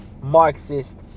Marxist